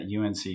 UNC